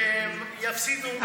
שהם יפסידו,